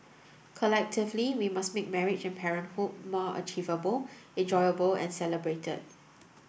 collectively we must make marriage and parenthood more achievable enjoyable and celebrated